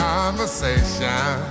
Conversation